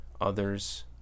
others